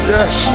Yes